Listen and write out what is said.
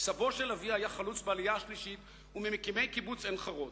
סבו של אבי היה חלוץ בעלייה השלישית וממקימי קיבוץ עין-חרוד.